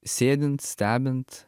sėdint stebint